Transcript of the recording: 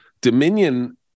Dominion